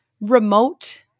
remote